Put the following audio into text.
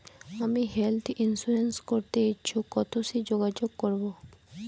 আমি health insurance করতে ইচ্ছুক কথসি যোগাযোগ করবো?